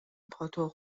پاتق